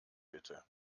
bitte